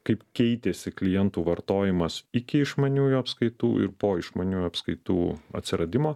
kaip keitėsi klientų vartojimas iki išmaniųjų apskaitų ir po išmaniųjų apskaitų atsiradimo